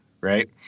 right